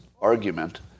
argument